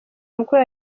mukuru